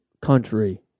country